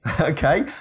Okay